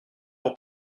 pour